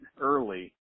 early